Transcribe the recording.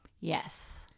Yes